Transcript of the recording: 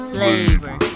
Flavor